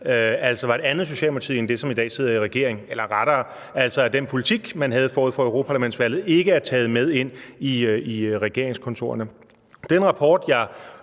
altså var et andet Socialdemokrati end det, som i dag sidder i regering – eller rettere at den politik, man havde forud for europaparlamentsvalget, ikke er taget med ind i regeringskontorerne. Den rapport, jeg